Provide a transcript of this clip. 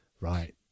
right